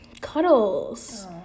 Cuddles